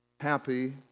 happy